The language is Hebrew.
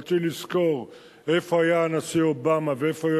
אבל צריך לזכור איפה היה הנשיא אובמה ואיפה היו